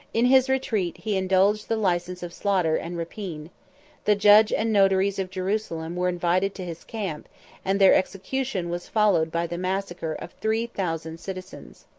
in his retreat he indulged the license of slaughter and rapine the judge and notaries of jerusalem were invited to his camp and their execution was followed by the massacre of three thousand citizens.